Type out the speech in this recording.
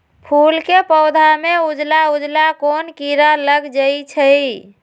फूल के पौधा में उजला उजला कोन किरा लग जई छइ?